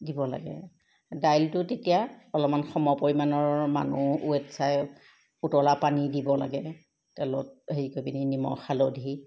দিব লাগে দাইলটো তেতিয়া অলপমান সমপৰিমাণৰ মানুহ ওৱেট চাই উতলা পানী দিব লাগে তেলত সেই কৰি পিনি নিমখ হালধি